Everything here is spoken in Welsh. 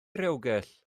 rewgell